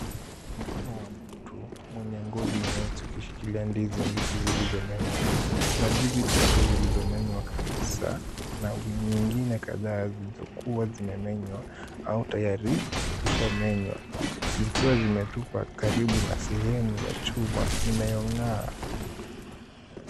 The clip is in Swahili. Mkono wa mtu mwenye ngozi nyeusi ukishikilia ndizi mbichi zilizomenywa. Kuna ndizi tatu zilizomenywa kabisaa na nyingine kadhaa zilizokuwa zimemenywa au tayari kushamenywa, zikiwa zimetupwa karibu na sehemu ya chuma inayong'aa.